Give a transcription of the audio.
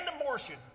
abortion